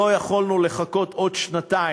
שלא יכול לחכות עוד שנתיים,